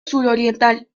suroriental